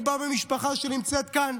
אני בא ממשפחה שנמצאת כאן